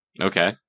Okay